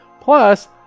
plus